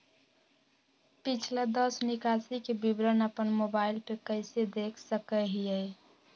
पिछला दस निकासी के विवरण अपन मोबाईल पे कैसे देख सके हियई?